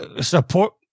support